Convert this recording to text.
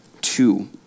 two